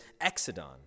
exodon